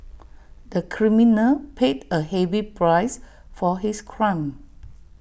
the criminal paid A heavy price for his crime